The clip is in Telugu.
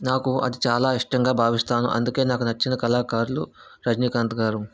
నాకు అది చాలా ఇష్టంగా భావిస్తాను అందుకే నాకు నచ్చిన కళాకారులు రజనీకాంత్ గారు